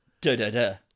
da-da-da